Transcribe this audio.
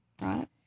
Right